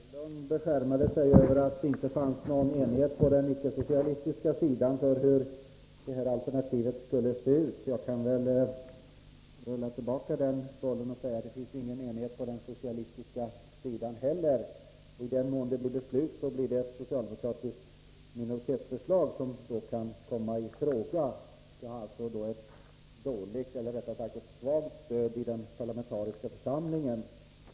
Herr talman! Frida Berglund beskärmar sig över att det inte fanns någon enighet på den icke-socialistiska sidan om hur alternativet skulle se ut. Jag kan rulla tillbaka den bollen och säga att det inte finns någon enighet på den socialistiska sidan heller. I den mån det blir ett beslut som följer propositionen är det ett socialdemokratiskt minoritetsförslag som kommer i fråga. Det har ett svagt stöd i den parlamentariska församlingen.